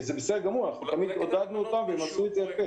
וזה בסדר גמור אנחנו תמיד עודדנו אותם והם עשו את זה יפה.